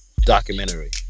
Documentary